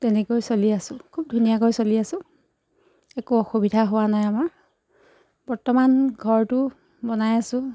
তেনেকৈ চলি আছোঁ খুব ধুনীয়াকৈ চলি আছোঁ একো অসুবিধা হোৱা নাই আমাৰ বৰ্তমান ঘৰটো বনাই আছোঁ